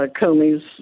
Comey's